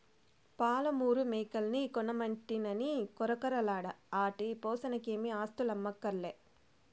పాలమూరు మేకల్ని కొనమంటినని కొరకొరలాడ ఆటి పోసనకేమీ ఆస్థులమ్మక్కర్లే